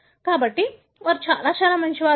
కాబట్టి వారు చాలా చాలా మంచివారు